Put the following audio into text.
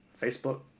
Facebook